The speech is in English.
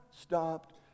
stopped